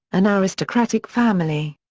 an aristocratic family.